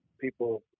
people